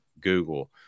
Google